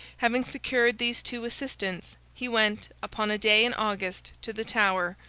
having secured these two assistants, he went, upon a day in august, to the tower,